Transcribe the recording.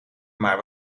maar